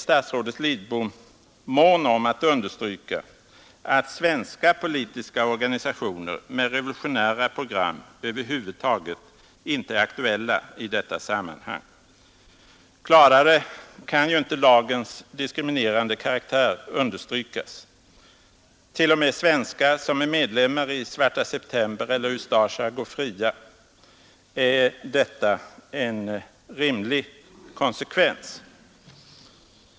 Statsrådet Lidbom är mån om att understryka, att svenska politiska organisationer med revolutionära program över huvud taget inte är aktuella i detta sammanhang — tydligen därför att han inser att lagen innebär väsentliga avsteg från våra rättsprinciper. Klarare kan ju inte heller lagens diskriminerande karaktär understrykas. T. o. m. svenskar som är medlemmar i Svarta september eller i Ustasja går fria. Är detta en rimlig konsekvens?